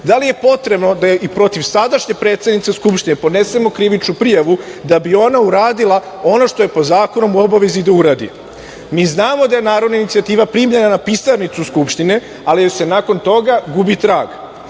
Da li je potrebno da i protiv sadašnje predsednice Skupštine podnesemo krivičnu prijavu da bi ona uradila ono što je po zakonu u obavezi da uradi? Mi znamo da je narodna inicijativa primljena na pisarnicu Skupštine, ali joj se nakon toga gubi trag.